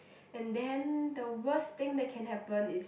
and then the worst thing that can happen is